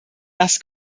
das